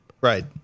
Right